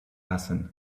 hassan